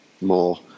more